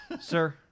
Sir